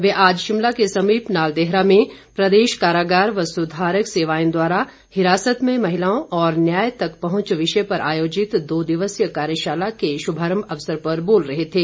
वे आज शिमला के समीप नालदेहरा में प्रदेश कारागार व सुधारक सेवाएं द्वारा हिरासत में महिलाओं और न्याय तक पहुंच विषय पर आयोजित दो दिवसीय कार्यशाला के शुभारंभ अवसर पर बोल रहे थे